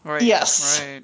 Yes